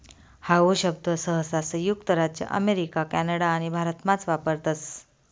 how शब्द सहसा संयुक्त राज्य अमेरिका कॅनडा आणि भारतमाच वापरतस